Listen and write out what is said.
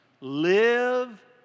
live